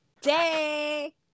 day